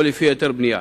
או לפי היתר בנייה.